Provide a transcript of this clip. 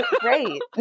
great